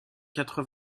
quatre